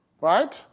right